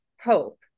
hope